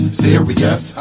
serious